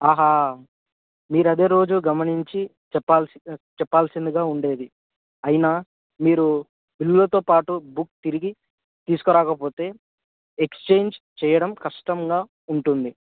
ఆహా మీరు అదే రోజు గమనించి చెప్పాల్సిందిగా ఉండేది అయినా మీరు బిల్లుతో పాటు బుక్ తిరిగి తీసుకురాకపోతే ఎక్స్చేంజ్ చేయడం కష్టంగా ఉంటుంది